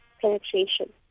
penetration